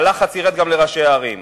הלחץ ירד גם לראשי הערים.